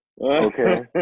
Okay